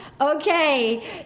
Okay